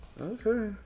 Okay